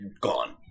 gone